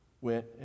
went